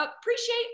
appreciate